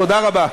תודה רבה.